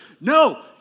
no